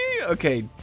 Okay